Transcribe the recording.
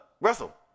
Russell